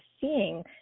seeing